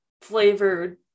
flavored